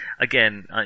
Again